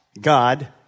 God